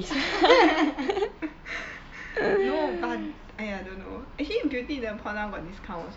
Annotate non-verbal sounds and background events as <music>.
<laughs> no but !aiya! don't know but actually beauty in the pot now got discount also